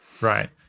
Right